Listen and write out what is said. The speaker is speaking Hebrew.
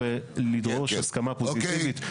ממש פוזיטיבית.